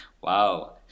Wow